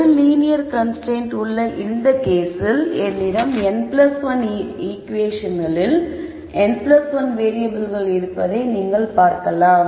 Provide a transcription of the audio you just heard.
ஒரு linear constraint உள்ள இந்த கேஸில் என்னிடம் n1 ஈகுவேஷன்களில் n1 வேறியபிள்கள் இருப்பதை நீங்கள் பார்க்கலாம்